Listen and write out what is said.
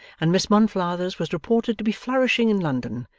and miss monflathers was reported to be flourishing in london,